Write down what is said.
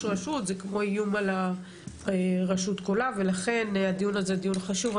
רשות זה כמו איום על הרשות כולה ולכן הדיון הזה הוא דיון חשוב.